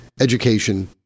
education